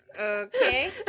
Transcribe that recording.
Okay